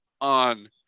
on